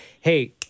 hey